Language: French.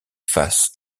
face